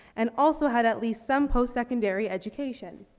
and also had at least some post-secondary education.